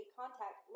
contact